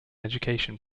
education